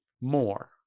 More